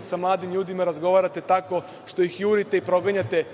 sa mladim ljudima razgovarate tako što ih jurite i proganjate